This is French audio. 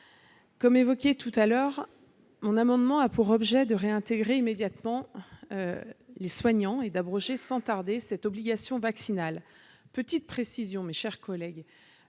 Comme évoqué tout à l'heure on amendement a pour objet de réintégrer immédiatement les soignants et d'abroger sans tarder cette obligation vaccinale, petite précision, mes chers collègues,